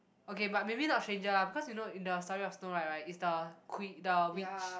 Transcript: okay but maybe not stranger lah because you know in the story of Snow-White right is the queen the witch